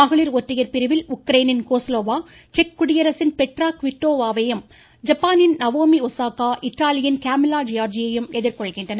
மகளிர் ஒற்றையர் பிரிவில் உக்ரைனின் கோஸ்லோவா செக்குடியரசின் பெட்ரா குவிட்டோவாவையும் ஜப்பானின் நவோமி ஒசாகா இட்டாலியின் கேமிலா ஜியார்ஜியையும் எதிர்கொள்கின்றனர்